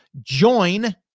join